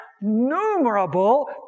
innumerable